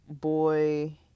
boy